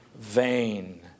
vain